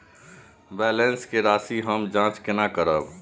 Balance के राशि हम जाँच केना करब?